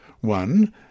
One